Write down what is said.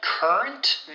Current